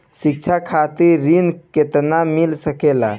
शिक्षा खातिर ऋण केतना मिल सकेला?